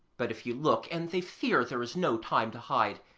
but if you look, and they fear there is no time to hide,